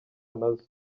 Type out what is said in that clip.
nazo